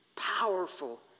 powerful